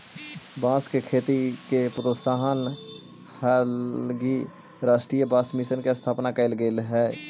बाँस के खेती के प्रोत्साहन हलगी राष्ट्रीय बाँस मिशन के स्थापना कैल गेल हइ